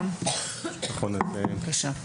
בבקשה.